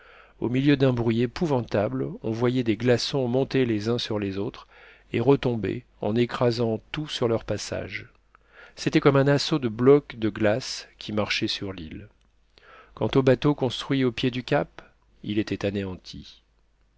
au milieu d'un bruit épouvantable on voyait des glaçons monter les uns sur les autres et retomber en écrasant tout sur leur passage c'était comme un assaut de blocs de glace qui marchait sur l'île quant au bateau construit au pied du cap il était anéanti